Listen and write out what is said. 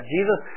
Jesus